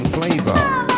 Flavor